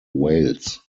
wales